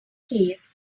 case